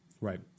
Right